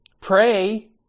Pray